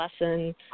lesson